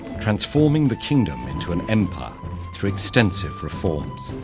transforming the kingdom into an empire through extensive reforms.